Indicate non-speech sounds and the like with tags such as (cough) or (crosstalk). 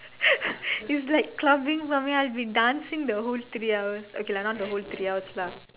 (laughs) is like clubbing for me I would be dancing the whole three hours okay not the whole three hours lah